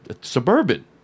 suburban